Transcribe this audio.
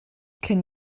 can